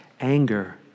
anger